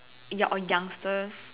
young youngsters